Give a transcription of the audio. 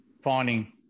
finding